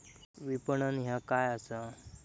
विपणन ह्या काय असा?